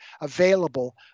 available